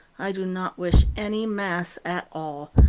i do not wish any mass at all,